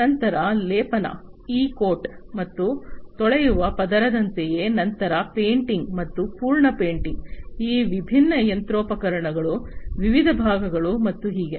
ನಂತರ ಲೇಪನ E coat ಮತ್ತು ತೊಳೆಯುವ ಪದರದಂತೆಯೇ ನಂತರ ಪೇಂಟಿಂಗ್ ಪೂರ್ಣ ಪೇಂಟಿಂಗ್ ಈ ವಿಭಿನ್ನ ಯಂತ್ರೋಪಕರಣಗಳ ವಿವಿಧ ಭಾಗಗಳು ಮತ್ತು ಹೀಗೆ